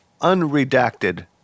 unredacted